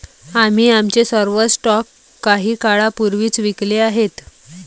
आम्ही आमचे सर्व स्टॉक काही काळापूर्वीच विकले आहेत